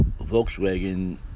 Volkswagen